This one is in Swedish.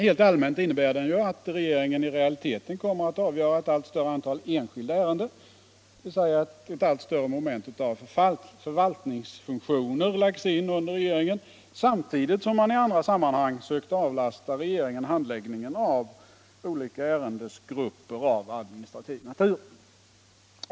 Helt allmänt innebär den att regeringen i realiteten kommer att avgöra ett allt större antal enskilda ärenden, dvs. att ett allt större moment av förvaltningsfunktioner läggs in under regeringen samtidigt som man i andra sammanhang sökt avlasta regeringen handläggningen av olika ärendegrupper av administrativ natur.